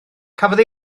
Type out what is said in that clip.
cafodd